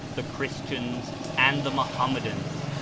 the christians and the mohammedans,